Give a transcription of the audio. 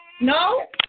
No